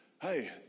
Hey